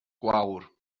gwawr